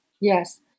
Yes